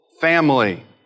family